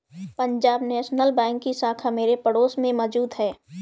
Punjab national bank की शाखा मेरे पड़ोस में मौजूद है